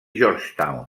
georgetown